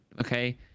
okay